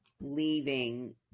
leaving